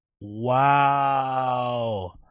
Wow